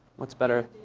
what's better?